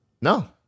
No